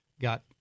got